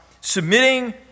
submitting